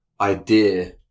idea